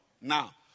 now